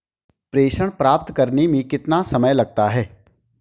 प्रेषण प्राप्त करने में कितना समय लगता है?